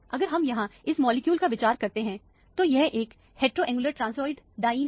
अगर हम यहाँ इस मॉलिक्यूल पर विचार करते हैं तो यह एक हेटेरोन्युलर ट्रान्सिड डायन है